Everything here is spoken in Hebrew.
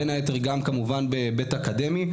בין היתר גם כמובן בהיבט אקדמי,